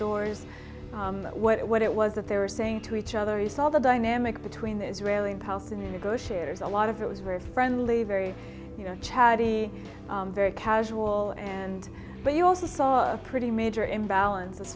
doors that what it was that they were saying to each other you saw the dynamic between the israeli and palestinian negotiators a lot of it was very friendly very chatty very casual and but you also saw a pretty major imbalance as